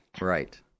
Right